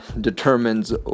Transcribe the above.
determines